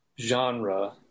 genre